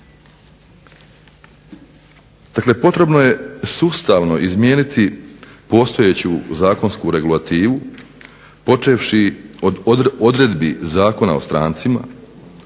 Dakle potrebno je sustavno izmijeniti postojeću zakonsku regulativu počevši od odredbi Zakona o strancima,